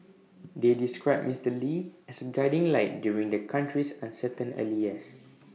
they described Mister lee as A guiding light during the country's uncertain early years